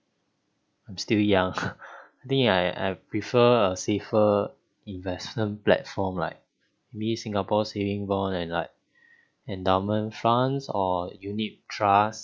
I'm still young I think I I prefer a safer investment platform like singapore saving bond and like endowment funds or unit trust